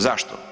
Zašto?